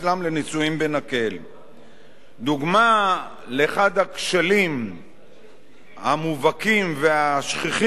דוגמה לאחד הכשלים המובהקים והשכיחים ביותר הינה בתחום הגיור: